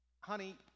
honey